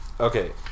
Okay